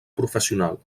professional